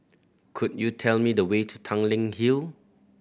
could you tell me the way to Tanglin Hill